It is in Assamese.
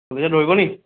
পুলিচে ধৰিব নেকি